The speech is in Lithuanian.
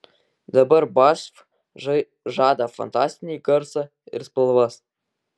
dabar basf žada fantastinį garsą ir spalvas